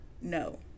No